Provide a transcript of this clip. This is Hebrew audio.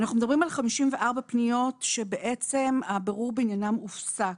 אנחנו מדברים על 54 פניות שבעצם הבירור בעניינם הופסק.